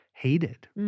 hated